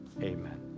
amen